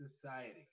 society